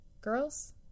girls